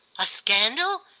a scandal?